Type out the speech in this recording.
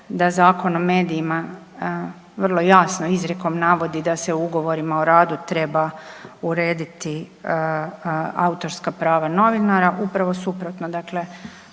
da Zakon o medijima vrlo jasno izrijekom navodi da se u ugovorima o radu treba urediti autorska prava novinara. Upravo suprotno,